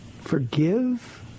Forgive